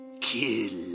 Kill